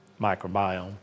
microbiome